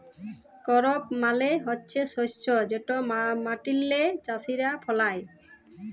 করপ মালে হছে শস্য যেট মাটিল্লে চাষীরা ফলায়